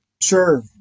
sure